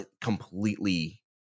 completely